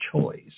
choice